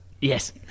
Yes